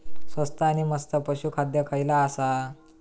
स्वस्त आणि मस्त पशू खाद्य खयला आसा?